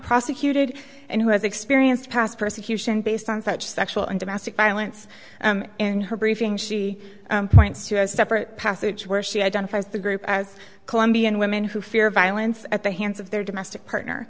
prosecuted and who has experienced past persecution based on such sexual and domestic violence in her briefing she points to a separate passage where she identifies the group as colombian women who fear violence at the hands of their domestic partner